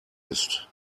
ist